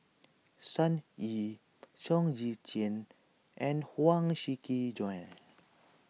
Sun Yee Chong Tze Chien and Huang Shiqi Joan